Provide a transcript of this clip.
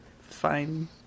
fine